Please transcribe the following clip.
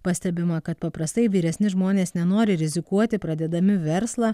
pastebima kad paprastai vyresni žmonės nenori rizikuoti pradėdami verslą